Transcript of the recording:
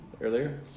earlier